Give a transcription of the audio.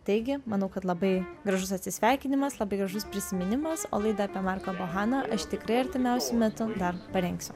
taigi manau kad labai gražus atsisveikinimas labai gražus prisiminimas o laidą apie marką bohaną aš tikrai artimiausiu metu dar parengsiu